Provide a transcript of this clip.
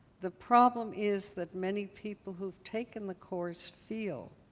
the problem is that many people who've taken the course feel